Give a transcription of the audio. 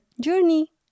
journey